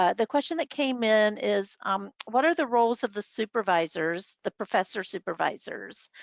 ah the question that came in is um what are the roles of the supervisors? the professor supervisors?